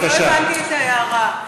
לא הבנתי את ההערה.